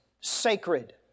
sacred